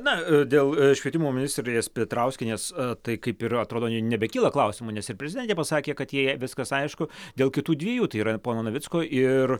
na dėl švietimo ministrės petrauskienės tai kaip ir atrodo nebekyla klausimų nes ir prezidentė pasakė kad jai viskas aišku dėl kitų dviejų tai yra pono navicko ir